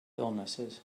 illnesses